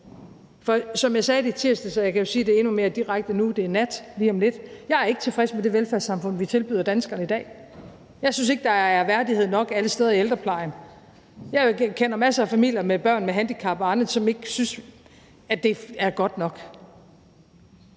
For som jeg sagde i tirsdags, og jeg kan sige det endnu mere direkte nu, hvor det er nat om lidt: Jeg er ikke tilfreds med det velfærdssamfund, vi tilbyder danskerne i dag. Jeg synes ikke, der er værdighed nok alle steder i ældreplejen. Jeg kender masser af familier med børn med handicap, som ikke synes, at det er godt nok.